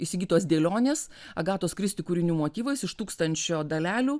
įsigytos dėlionės agatos kristi kūrinių motyvais iš tūkstančio dalelių